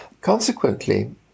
Consequently